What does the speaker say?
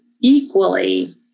equally